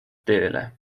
tööle